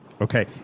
Okay